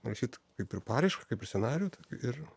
rašyt kaip ir paraišką kaip ir scenarijų ir